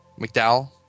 McDowell